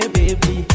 baby